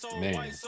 Man